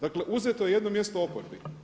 Dakle uzeto je jedno mjesto oporbi.